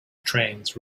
trains